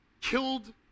killed